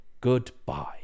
goodbye